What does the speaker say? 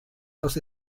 los